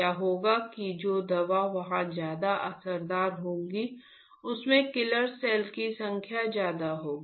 क्या होगा कि जो दवा वहां ज्यादा असरदार होगी उसमें किलर सेल्स की संख्या ज्यादा होगी